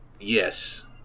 Yes